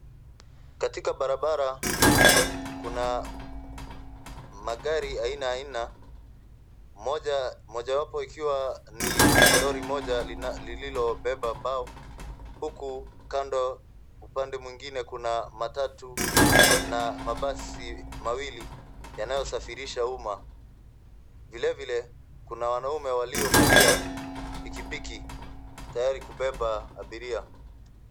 Katika barabara kuna magari aina aina mojawapo ikiwa ni lori moja lililobeba mbao. Huku kando upande mwingine kuna matatu na mabasi mawili yanayosafirisha uma, vile vile kuna wanaume walio kalia piki piki tayari kubeba abiria.